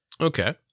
Okay